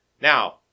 Now